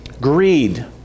greed